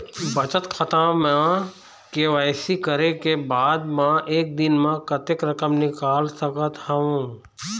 बचत खाता म के.वाई.सी करे के बाद म एक दिन म कतेक रकम निकाल सकत हव?